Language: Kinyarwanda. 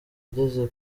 ageze